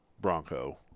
Bronco